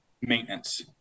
maintenance